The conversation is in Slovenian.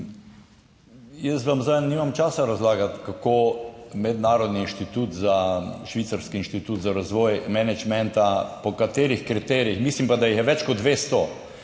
Jaz vam zdaj nimam časa razlagati, kako mednarodni inštitut, švicarski inštitut za razvoj menedžmenta, po katerih kriterijih, mislim pa, da jih je več kot 200.